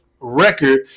record